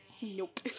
Nope